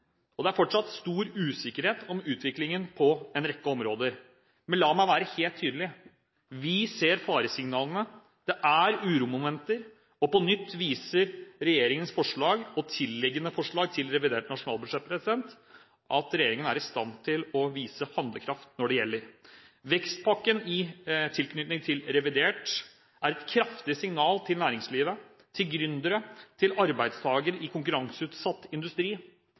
og det er fortsatt stor usikkerhet om utviklingen på en rekke områder, men la meg være helt tydelig: Vi ser faresignalene – det er uromomenter. På nytt viser regjeringens forslag og tilliggende forslag til revidert nasjonalbudsjett at regjeringen er i stand til å vise handlekraft når det gjelder. Vekstpakken i tilknytning til revidert nasjonalbudsjett er et kraftig signal til næringslivet, til gründere og til arbeidstakere i konkurranseutsatt industri: